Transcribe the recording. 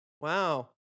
Wow